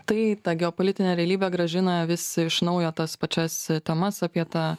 tai ta geopolitinė realybė grąžina vis iš naujo tas pačias temas apie tą